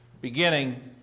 beginning